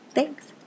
Thanks